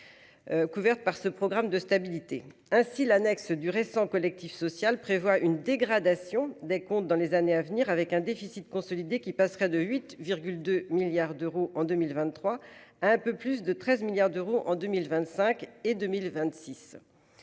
Couverte par ce programme de stabilité ainsi l'annexe du récent collectif social prévoit une dégradation des comptes dans les années à venir avec un déficit consolidé qui passerait de 8,2 milliards d'euros en 2023. Un peu plus de 13 milliards d'euros en 2025 et 2026.